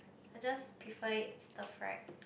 I just prefer it stir fried